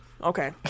Okay